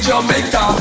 Jamaica